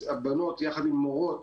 והבנות יחד עם המורות